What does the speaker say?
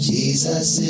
Jesus